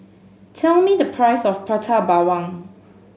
tell me the price of Prata Bawang